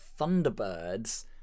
Thunderbirds